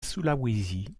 sulawesi